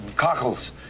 Cockles